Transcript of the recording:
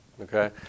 Okay